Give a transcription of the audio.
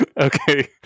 okay